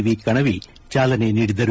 V Kanavi ಚಾಲನೆ ನೀಡಿದರು